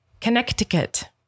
Connecticut